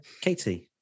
Katie